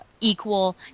equal